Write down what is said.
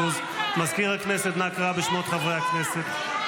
מזכיר הכנסת, אנא קרא בשמות חברי הכנסת.